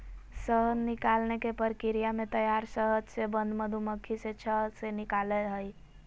शहद निकालने के प्रक्रिया में तैयार शहद से बंद मधुमक्खी से छत्त से निकलैय हइ